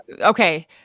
okay